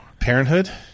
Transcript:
Parenthood